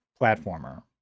platformer